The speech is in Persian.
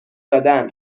دادن